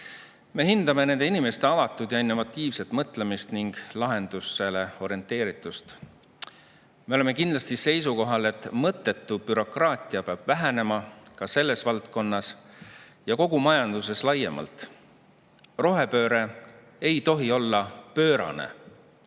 Me hindame nende inimeste avatud ja innovatiivset mõtlemist ning lahendusele orienteeritust. Me oleme kindlasti seisukohal, et mõttetu bürokraatia peab vähenema ka selles valdkonnas ja kogu majanduses laiemalt. Rohepööre ei tohi olla pöörane